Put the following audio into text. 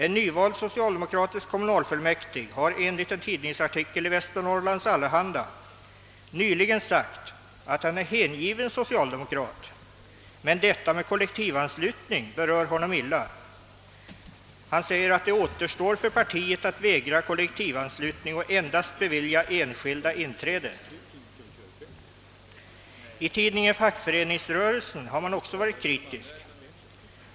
En nyvald socialdemokratisk kommunalfullmäktig har enligt en artikel i Västernorrlands Allehanda nyligen sagt, att han är hängiven socialdemokrat men att detta med kollektivanslutning berör honom illa. Han säger att det återstår Åtgärder i syfte att fördjupa och stärka det svenska folkstyret för partiet att vägra kollektivanslutning och att endast bevilja enskilda inträde. Tidningen Fackföreningsrörelsen har också varit kritisk.